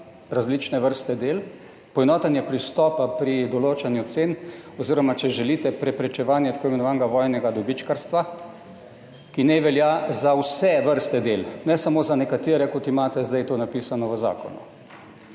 različne vrste del, poenotenje pristopa pri določanju cen oziroma če želite, preprečevanje tako imenovanega vojnega dobičkarstva, ki naj velja za vse vrste del, ne samo za nekatere, kot imate zdaj to napisano v zakonu.